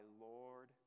Lord